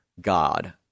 God